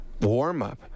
warm-up